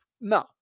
No